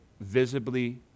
visibly